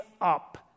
up